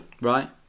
Right